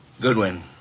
Goodwin